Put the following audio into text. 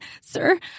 sir